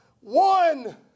one